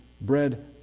bread